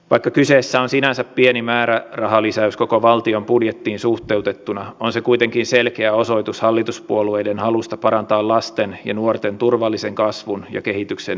vaikka kyseessä on sinänsä pieni määrärahalisäys koko valtion budjettiin suhteutettuna on se kuitenkin selkeä osoitus hallituspuolueiden halusta parantaa lasten ja nuorten turvallisen kasvun ja kehityksen edellytyksiä